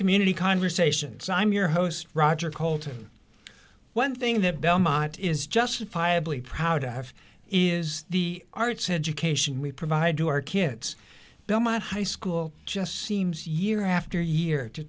community conversations i'm your host roger coulton one thing that belmont is justifiably proud to have is the arts education we provide to our kids now my high school just seems year after year to